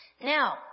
Now